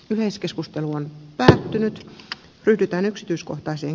yleiskeskustelu on päättynyt ryhdytään yksityiskohtaisen